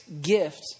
gift